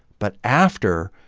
but after,